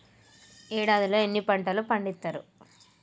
ఏడాదిలో ఎన్ని పంటలు పండిత్తరు?